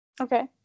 Okay